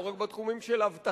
לא רק בתחומים של אבטחה,